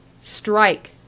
STRIKE